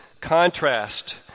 contrast